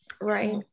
Right